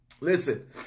Listen